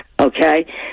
Okay